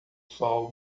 sol